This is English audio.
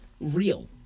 real